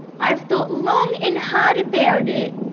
i've thought long and hard about it.